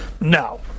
No